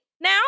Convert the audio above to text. now